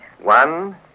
One